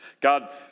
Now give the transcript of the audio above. God